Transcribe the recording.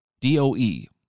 D-O-E